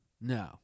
No